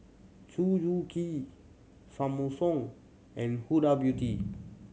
Suzuki Samsung and Huda Beauty